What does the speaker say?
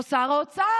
או שר האוצר.